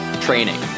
Training